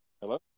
hello